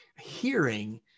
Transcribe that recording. hearing